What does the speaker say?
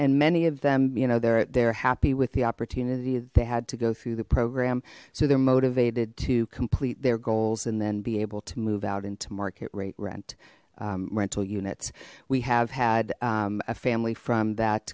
and many of them you know they're they're happy with the opportunity that they had to go through the program so they're motivated to complete their goals and then be able to move out into market rate rent rental units we have had a family from that